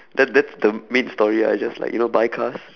that's that's the main story I just like you know buy cars